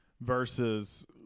versus